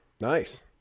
Nice